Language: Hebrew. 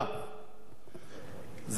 זה דווקא חשוב לך,